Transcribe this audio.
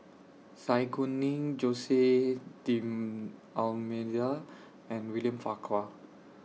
Zai Kuning Jose D'almeida and William Farquhar